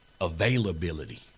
availability